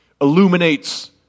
illuminates